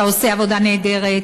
אתה עושה עבודה נהדרת,